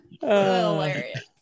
Hilarious